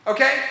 Okay